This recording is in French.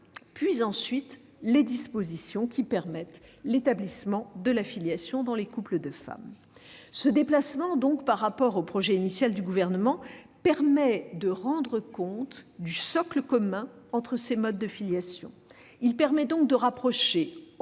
-, puis les dispositions qui permettent l'établissement de la filiation dans les couples de femmes. Ce déplacement par rapport au projet initial du Gouvernement permet de rendre compte du socle commun entre ces modes de filiation. Il permet donc de rapprocher